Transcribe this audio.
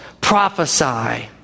Prophesy